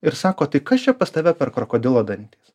ir sako tai kas čia pas tave per krokodilo dantys